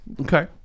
Okay